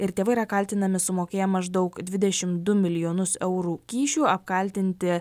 ir tėvai yra kaltinami sumokėję maždaug dvidešim du milijonus eurų kyšių apkaltinti